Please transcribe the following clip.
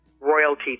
royalty